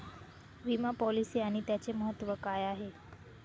विमा पॉलिसी आणि त्याचे महत्व काय आहे?